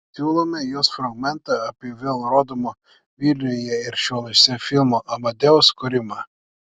siūlome jos fragmentą apie vėl rodomo vilniuje ir šiauliuose filmo amadeus kūrimą